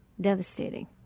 devastating